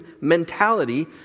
mentality